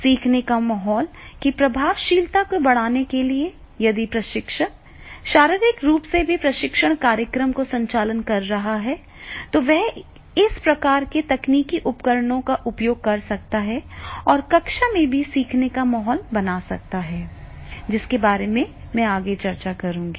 सीखने के माहौल की प्रभावशीलता को बढ़ाने के लिए यदि प्रशिक्षक शारीरिक रूप से भी प्रशिक्षण कार्यक्रम का संचालन कर रहा है तो वह इस प्रकार के तकनीकी उपकरणों का उपयोग कर सकता है और कक्षा में भी सीखने का माहौल बना सकता है जिसके बारे में मैं आगे चर्चा करूंगा